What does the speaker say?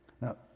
Now